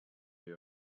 they